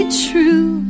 true